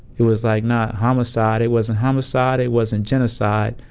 it was like not homicide, it wasn't homicide, it wasn't genocide,